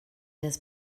des